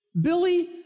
Billy